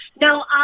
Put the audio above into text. No